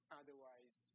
otherwise